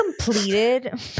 completed